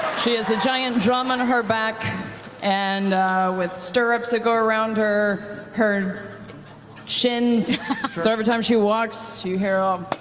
she has a giant drum on her back and with stirrups that go around her her shins, so every time she walks, you hear um